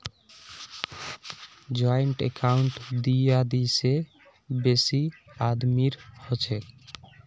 joint account दी या दी से बेसी आदमीर हछेक